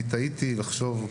אני תהיתי לחשוב,